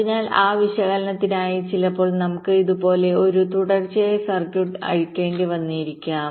അതിനാൽ ആ വിശകലനത്തിനായി ചിലപ്പോൾ നമുക്ക് ഇതുപോലുള്ള ഒരു തുടർച്ചയായ സർക്യൂട്ട് അഴിക്കേണ്ടിവരാം